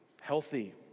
healthy